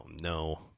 No